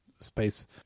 space